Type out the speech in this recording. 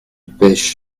pêche